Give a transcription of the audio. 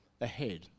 ahead